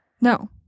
no